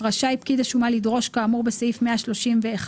רשאי פקיד השומה לדרוש כאמור בסעיף 131(6),